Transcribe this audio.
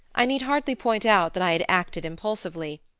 i need hardly point out that i had acted impulsively,